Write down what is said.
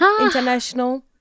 International